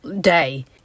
day